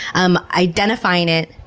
um identifying it,